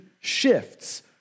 shifts